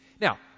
Now